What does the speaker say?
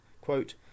quote